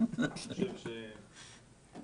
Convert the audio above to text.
מעבר לנסיבות המיוחדות שהוזכרו